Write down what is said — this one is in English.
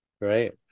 Great